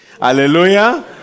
Hallelujah